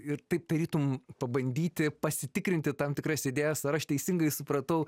ir taip tarytum pabandyti pasitikrinti tam tikras idėjas ar aš teisingai supratau